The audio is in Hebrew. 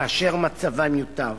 כאשר מצבם יוטב.